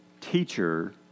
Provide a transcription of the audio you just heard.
teacher